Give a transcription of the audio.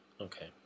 Okay